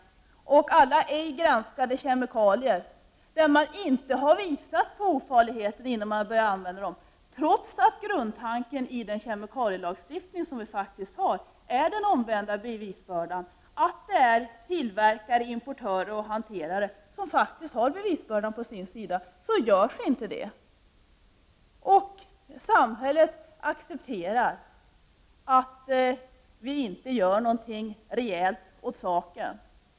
Och varför talas det inte om alla ej granskade kemikalier där ofarligheten inte har kunnat visas innan produkterna börjat användas? Trots att grundtanken i den kemikalielagstiftning som vi faktiskt har är den omvända bevisbördan, nämligen att det är tillverkare, importörer och de som hanterar produkterna som faktiskt har bevisbördan på sin sida tillämpas inte denna, utan samhället accepterar att ingenting rejält görs åt saken.